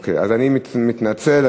אני מתנצל.